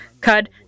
cud